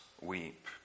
weep